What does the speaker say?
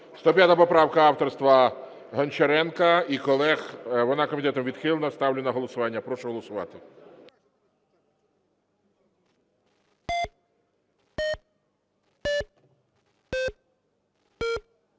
105 поправка авторства Гончаренка і колег. Вона комітетом відхилена. Ставлю на голосування. Прошу голосувати.